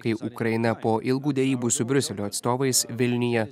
kai ukraina po ilgų derybų su briuselio atstovais vilniuje